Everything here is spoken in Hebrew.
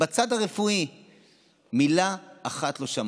בצד הרפואי מילה אחת לא שמענו,